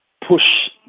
push